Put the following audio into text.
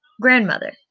grandmother